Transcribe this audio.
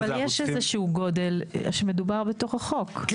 אבל יש איזשהו גודל שמדובר עליו בתוך החוק,